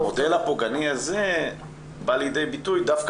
המודל הפוגעני הזה בא לידי ביטוי דווקא